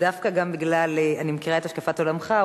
דווקא בגלל שאני מכירה את השקפת עולמך,